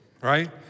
right